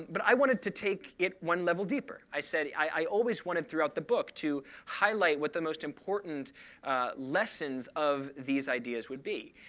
but i wanted to take it one level deeper. i said i always wanted throughout the book to highlight what the most important lessons of these ideas would be.